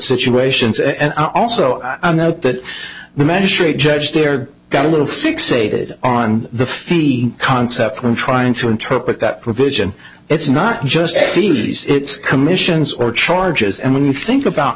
situations and i also note that the magistrate judge there got a little fixated on the fee concept when trying to interpret that provision it's not just seen it's commissions or charges and when you think about